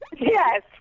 yes